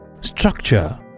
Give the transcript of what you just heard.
Structure